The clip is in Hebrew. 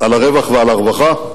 על הרווח ועל הרווחה,